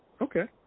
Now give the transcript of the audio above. Okay